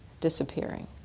disappearing